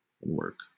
work